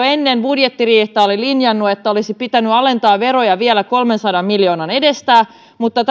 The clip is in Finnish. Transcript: ennen budjettiriihtä oli linjannut että olisi pitänyt alentaa veroja vielä kolmensadan miljoonan edestä mutta